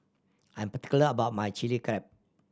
I am particular about my Chili Crab